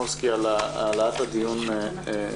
תודה.